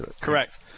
Correct